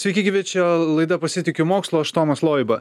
sveiki gyvi čia laida pasitikiu mokslu aš tomas loiba